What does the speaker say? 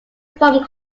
form